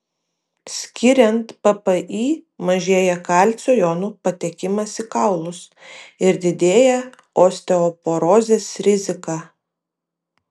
skiriant ppi mažėja kalcio jonų patekimas į kaulus ir didėja osteoporozės rizika